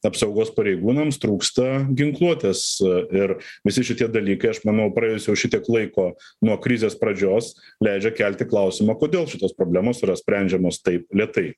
apsaugos pareigūnams trūksta ginkluotės ir visi šitie dalykai aš manau praėjus jau šitiek laiko nuo krizės pradžios leidžia kelti klausimą kodėl šitos problemos yra sprendžiamos taip lėtai